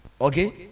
Okay